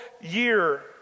year